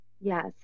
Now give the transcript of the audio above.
Yes